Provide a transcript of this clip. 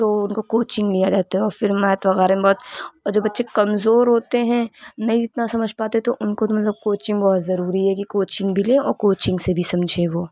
تو ان کو کوچنگ لیا جاتا ہے اور پھر میتھ وغیرہ میں بہت اور جو بچے کمزور ہوتے ہیں نہیں اتنا سمجھ پاتے تو ان کو تو مطلب کوچنگ بہت ضروری ہے کہ کوچنگ بھی لیں اور کوچنگ سے بھی سمجھے وہ